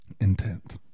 Intent